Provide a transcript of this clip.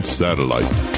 satellite